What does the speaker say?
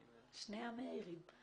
שני המאירים.